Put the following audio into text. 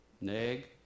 Neg